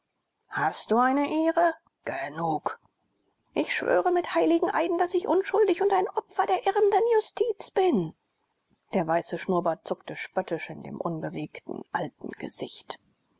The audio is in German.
hast du eine ehre genug ich schwöre mit heiligen eiden daß ich unschuldig und ein opfer der irrenden justiz bin der weiße schnurrbart zuckte spöttisch in dem unbewegten alten gesicht